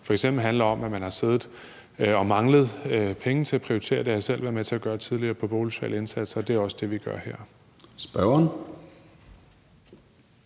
som f.eks. handler om, at man har siddet og manglet penge til at prioritere. Det har jeg selv været med til at gøre tidligere på boligsociale indsatser, og det er også det, vi gør her.